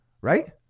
right